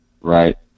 right